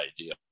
idea